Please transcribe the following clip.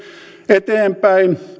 eteenpäin